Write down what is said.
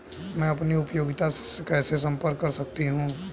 मैं अपनी उपयोगिता से कैसे संपर्क कर सकता हूँ?